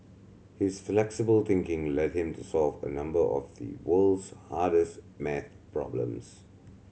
his flexible thinking led him to solve a number of the world's hardest maths problems